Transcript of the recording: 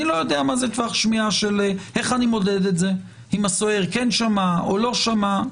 אני לא יודע איך למדוד טווח שמיעה אם הסוהר כן שמע או לא שמע?